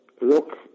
look